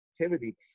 activity